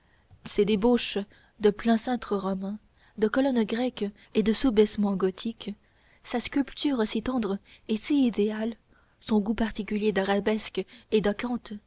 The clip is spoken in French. ses débauches de pleins cintres romains de colonnes grecques et de surbaissements gothiques sa sculpture si tendre et si idéale son goût particulier d'arabesques et